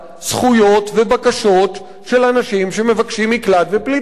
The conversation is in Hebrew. זכויות ובקשות של אנשים שמבקשים מקלט ופליטים.